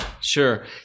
sure